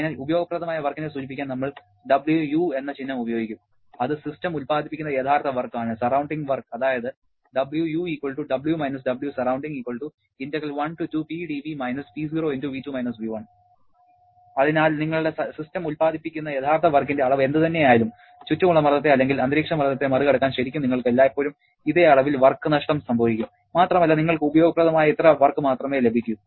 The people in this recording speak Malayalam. അതിനാൽ ഉപയോഗപ്രദമായ വർക്കിനെ സൂചിപ്പിക്കാൻ നമ്മൾ Wu എന്ന ചിഹ്നം ഉപയോഗിക്കും അത് സിസ്റ്റം ഉല്പാദിപ്പിക്കുന്ന യഥാർത്ഥ വർക്ക് ആണ് സറൌണ്ടിങ് വർക്ക് അതായത് അതിനാൽ നിങ്ങളുടെ സിസ്റ്റം ഉൽപാദിപ്പിക്കുന്ന യഥാർത്ഥ വർക്കിന്റെ അളവ് എന്തുതന്നെയായാലും ചുറ്റുമുള്ള മർദ്ദത്തെ അല്ലെങ്കിൽ അന്തരീക്ഷമർദ്ദത്തെ മറികടക്കാൻ ശരിക്കും നിങ്ങൾക്ക് എല്ലായ്പ്പോഴും ഇതേ അളവിൽ വർക്ക് നഷ്ടം സംഭവിക്കും മാത്രമല്ല നിങ്ങൾക്ക് ഉപയോഗപ്രദമായ ഇത്ര വർക്ക് മാത്രമേ ലഭിക്കൂ